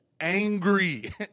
angry